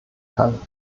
kann